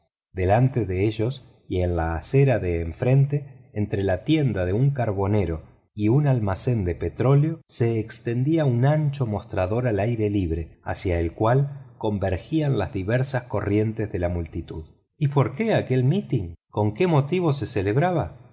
delante de ellos y en la acera de enfrente entre la tienda de un carbonero y un almacén de petróleo se extendía un ancho mostrador al aire libre hacia el cual convergían las diversas corrientes de la multitud y por qué aquel mitin con qué motivo se celebraba